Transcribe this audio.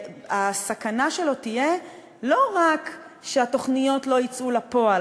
והסכנה שלו תהיה לא רק שהתוכניות לא יצאו לפועל,